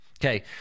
Okay